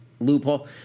loophole